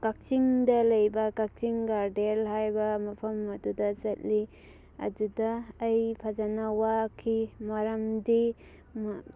ꯀꯥꯛꯆꯤꯡꯗ ꯂꯩꯕ ꯀꯥꯛꯆꯤꯡ ꯒꯥꯔꯗꯦꯟ ꯍꯥꯏꯕ ꯃꯐꯝ ꯑꯗꯨꯗ ꯆꯠꯂꯤ ꯑꯗꯨꯗ ꯑꯩ ꯐꯖꯅ ꯋꯥꯈꯤ ꯃꯔꯝꯗꯤ